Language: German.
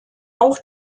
auch